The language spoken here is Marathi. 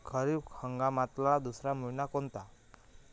खरीप हंगामातला दुसरा मइना कोनता?